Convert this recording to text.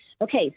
Okay